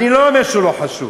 אני לא אומר שהוא לא חשוב.